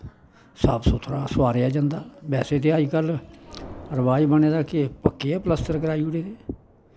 साफ सुथरा सोआरेआ जंदा बैसे ते अजकल्ल रबाज बने दा कि पक्के गै पलसतर कराई ओड़े दे